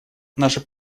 наше